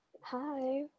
Hi